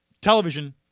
television